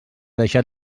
deixat